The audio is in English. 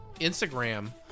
instagram